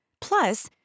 Plus